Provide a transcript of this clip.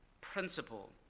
principle